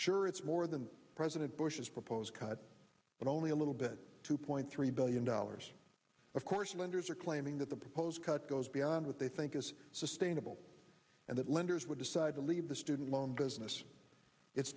sure it's more than president bush's proposed cut but only a little bit two point three billion dollars of course lenders are claiming that the proposed cuts goes beyond what they think is sustainable and that lenders would decide to leave the student loan business it's